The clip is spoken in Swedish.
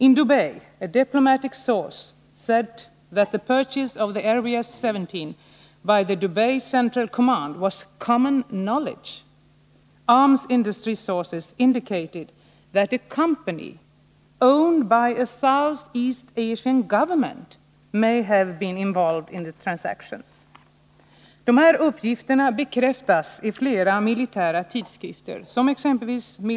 —-—-—- In Dubai, a diplomatic source said that the purchase of the RBS-70 by the Dubai Central Command was ”common knowledge”. -—-- Arms industry sources indicated that a company owned by a South East Asian government may have been involved in the transactions.” Under loppet av omfattande undersökningar av vapenhandeln har man emellertid meddelat oss att dessa laserstyrda missiler har sålts till Bahrein och Dubai.